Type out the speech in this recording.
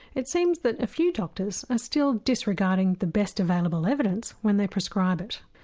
it seems that a few doctors are still disregarding the best available evidence when they prescribe it.